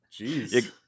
jeez